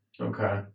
okay